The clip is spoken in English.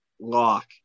Lock